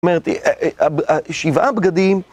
זאת אומרת, שבעה בגדים